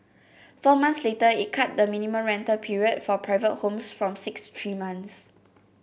four months later it cut the minimum rental period for private homes from six three months